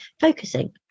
focusing